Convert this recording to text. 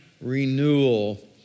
renewal